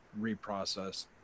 reprocessed